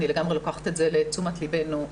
אני לגמרי לוקחת את זה לתשומת לבנו.